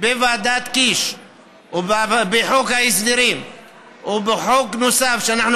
בוועדת קיש ובחוק ההסדרים ובחוק נוסף שאנחנו